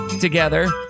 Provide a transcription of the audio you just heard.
together